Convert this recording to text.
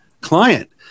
client